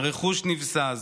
הרכוש נבזז,